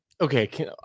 okay